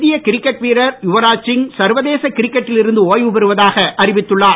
இந்திய கிரிக்கெட் வீரர் யுவராஜ் சிங் சர்வதேச கிரிக்கெட்டில் இருந்து ஓய்வு பெறுவதாக அறிவித்துள்ளார்